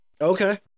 Okay